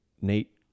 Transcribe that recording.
Nate